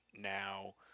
now